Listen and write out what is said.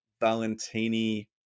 valentini